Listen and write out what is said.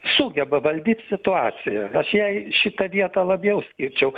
sugeba valdyt situaciją aš jai šitą vietą labiau skirčiau